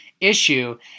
issue